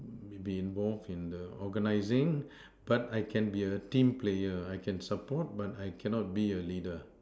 be involved in organizing but I can be a team player I can support but I cannot be a leader